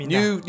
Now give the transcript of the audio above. new